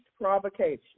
provocation